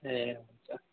ए हुन्छ